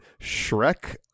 Shrek